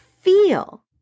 feel